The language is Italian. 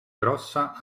grossa